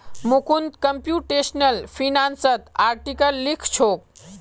Mukund computational फिनांसत article लिखछोक